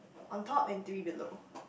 on top and three below